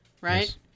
right